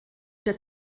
der